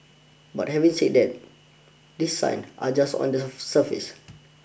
but having said that these signs are just on the surface